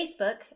Facebook